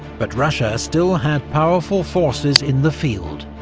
but russia still had powerful forces in the field,